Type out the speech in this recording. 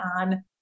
on